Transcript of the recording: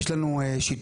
יש לנו שיתוף,